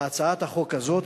להצעת החוק הזאת,